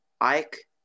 Ike